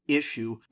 issue